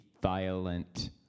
violent